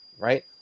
right